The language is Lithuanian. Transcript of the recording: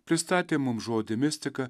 pristatė mums žodį mistika